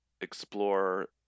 explore